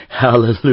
hallelujah